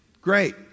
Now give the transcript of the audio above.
Great